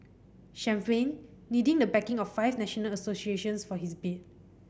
champagne needing the backing of five national associations for his bid